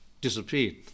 disappeared